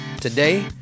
Today